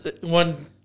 one